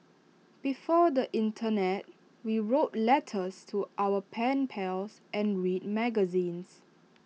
before the Internet we wrote letters to our pen pals and read magazines